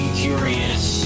curious